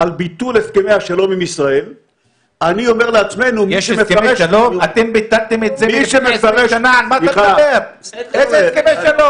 אני מתכוון, או אני מבטל את הסכם השלום